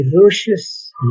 ferocious